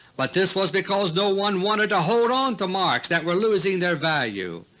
but this was because no one wanted to hold on to marks that were losing their value.